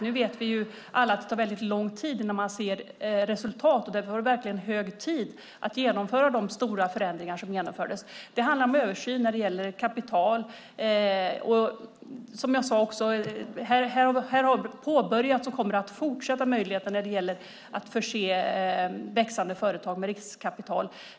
Alla vet att det tar lång tid innan man ser resultat. Därför var det verkligen hög tid att genomföra de stora förändringarna. Det handlar om översyn när det gäller kapital. Här har påbörjats, och kommer att fortgå, möjligheten att förse växande företag med riskkapital.